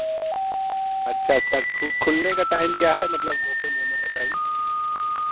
اچھا اچھا کھلنے کا ٹائم کیا ہے مطلب اوپن ہونے کا ٹائم